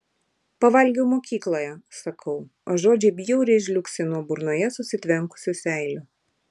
pavalgiau mokykloje sakau o žodžiai bjauriai žliugsi nuo burnoje susitvenkusių seilių